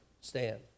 stand